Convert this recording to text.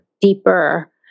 deeper